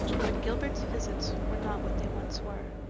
but gilbert's visits were not what they once were.